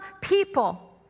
people